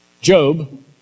Job